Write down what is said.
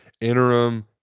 interim